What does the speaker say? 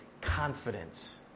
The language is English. confidence